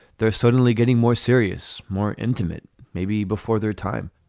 they're suddenly getting more serious, more intimate maybe before their time.